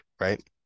right